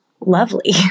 lovely